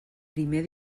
primer